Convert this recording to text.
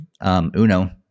Uno